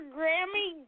Grammy